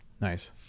Nice